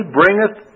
bringeth